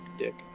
dick